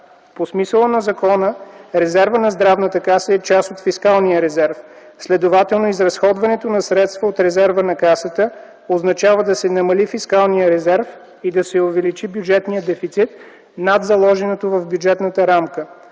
По смисъла на закона резервът на Здравната каса е част от фискалния резерв, следователно изразходването на средства от резерва на Касата означава да се намали фискалния резерв и да се увеличи бюджетния дефицит над заложеното в бюджетната рамка.